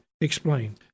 Explain